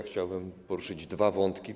Chciałbym poruszyć dwa wątki.